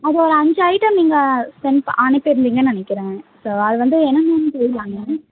அது ஒரு அஞ்சு ஐட்டம் நீங்கள் செண்ட் பா அனுப்பியிருந்திங்கன்னு நினைக்கிறேன் ஸோ அது வந்து என்னன்ன வாங்கினேன்